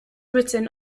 written